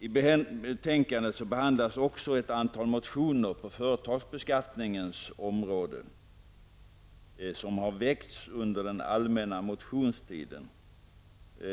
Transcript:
I betänkandet behandlas också ett antal motioner på företagsbeskattningens område som har väckts under allmänna motionstiden.